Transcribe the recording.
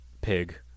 Pig